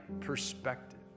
perspective